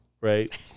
right